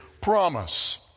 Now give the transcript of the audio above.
promise